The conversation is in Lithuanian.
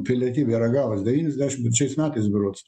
pilietybę yra gavus devyniasdešim trečiais metais berods